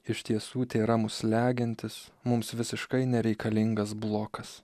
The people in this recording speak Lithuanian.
iš tiesų tėra mus slegiantis mums visiškai nereikalingas blokas